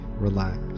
Relax